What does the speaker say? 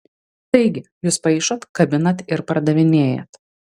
taigi jūs paišot kabinat ir pardavinėjat